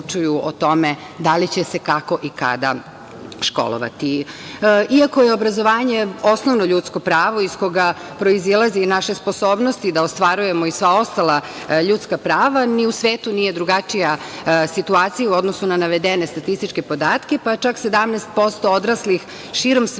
da li će se, kako i kada školovati. Iako je obrazovanje osnovno ljudsko pravo iz koga proizilaze i naše sposobnosti da ostvarujemo i sva ostala ljudska prava, ni u svetu nije drugačija situacija u odnosu na navedene statističke podatke, pa čak 17% odraslih širom sveta